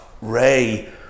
Ray